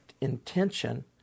intention